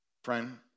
Friend